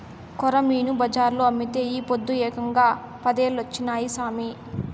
కొరమీను బజార్లో అమ్మితే ఈ పొద్దు ఏకంగా పదేలొచ్చినాయి సామి